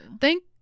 Thank